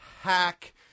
hack